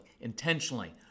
intentionally